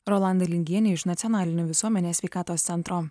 rolanda lingienė iš nacionalinio visuomenės sveikatos centro